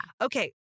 Okay